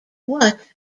what